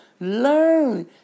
Learn